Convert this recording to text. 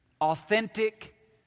authentic